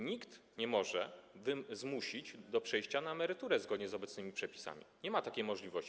Nikt nie może zmusić do przejścia na emeryturę zgodnie z obecnymi przepisami, nie ma takiej możliwości.